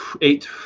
eight